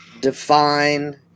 define